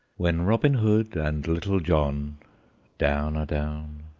when robin hood and little john down a down,